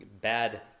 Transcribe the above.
bad